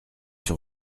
sur